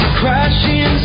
crashing